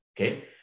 Okay